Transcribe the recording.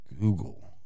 Google